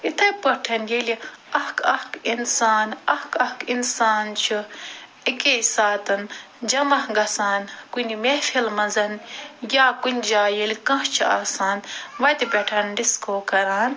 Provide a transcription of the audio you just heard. یتھٔے پٲٹھۍ ییٚلہِ اکھ اکھ انسان اکھ اکھ انسان چھُ اکیٚے ساتہٕ جمع گژھان کُنہِ محفِلہِ منٛز یا کنہِ جایہِ ییٚلہ کانٛہہ چھُ آسان وتہِ پٮ۪ٹھ ڈِسکو کران